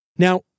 Now